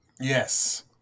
yes